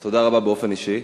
אז תודה רבה באופן אישי.